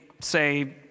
say